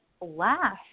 laugh